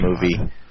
movie